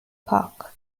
park